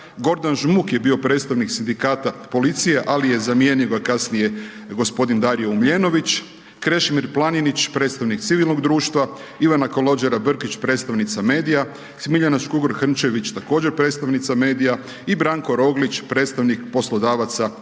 Gordan Žmuk je bio predstavnik Sindikata policije ali ga je zamijenio kasnije g. Dario Uljenović, Krešimir Planinić, predstavnik civilnog društva, Ivana Kalogjera Brkić, predstavnica medija, Smiljana Škugor Hrnčević također predstavnica medija i Branko Roglić, predstavnik poslodavaca HUP-a.